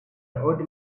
old